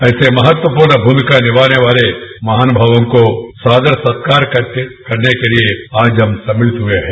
ऐसे महत्वपूर्ण मुमिका निमाने वाले महानुमावों को सादर सत्कार करने के लिए आज हम सम्मिलित हुए हैं